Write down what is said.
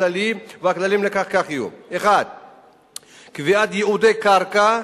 הכלים לכך יהיו: 1. קביעת ייעודי קרקע,